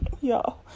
Y'all